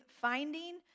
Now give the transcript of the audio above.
finding